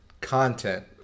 content